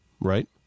Right